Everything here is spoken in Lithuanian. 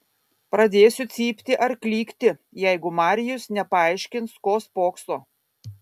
pradėsiu cypti ar klykti jeigu marijus nepaaiškins ko spokso